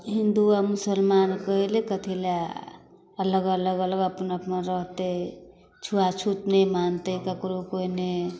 हिन्दू आओर मुसलमान कहैलए कथीलए अलग अलग अलग अपना अपना रहतै छुआछूत नहि मानतै ककरो कोइ नहि